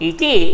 Iti